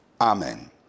Amen